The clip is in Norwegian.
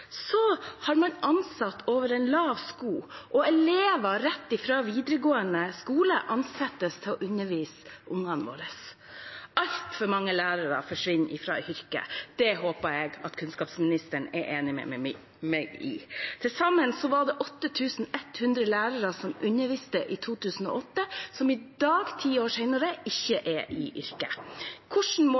har man ansatt over en lav sko, og elever rett fra videregående skole ansettes til å undervise ungene våre. Altfor mange lærere forsvinner fra yrket. Det håper jeg at kunnskapsministeren er enig med meg i. Til sammen er det 8 100 lærere som underviste i 2008, som i dag – ti år senere – ikke lenger er i yrket.